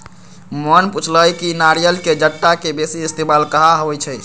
मोहन पुछलई कि नारियल के जट्टा के बेसी इस्तेमाल कहा होई छई